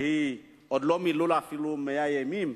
שעוד לא מלאו לה אפילו 100 ימים,